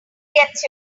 gets